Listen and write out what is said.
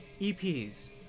EPs